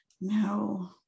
no